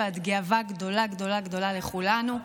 את גאווה גדולה גדולה גדולה לכולנו.